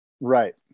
Right